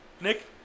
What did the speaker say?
Nick